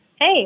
Hey